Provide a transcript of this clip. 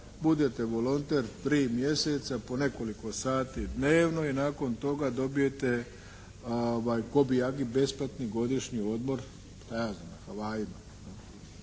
budete volonter tri mjeseca po nekoliko sati dnevno i nakon toga dobijete ko bajagi besplatni godišnji odmor, šta ja